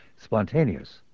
spontaneous